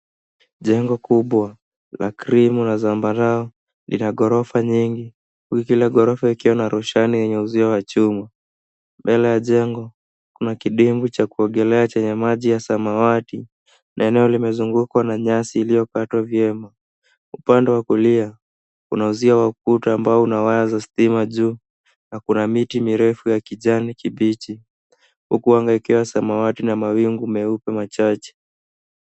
Jengo kubwa la krimu na zambarao lina ghorofa nyingi. Wigi la ghorofa likiwa na roshani ya chuma. Mbele ya jengo kuna kidengu cha kuogelea chenye maji ya samawati na eneo kimezungukwa na nyasi iliokatwa vyema. Upande wa kulia, kuna uzia wa ukuta ambao kuna waya za stima juu na kuna miti mirefu ya kijani kibichi huku anga ikiwa samawati na mawingu meupe machache.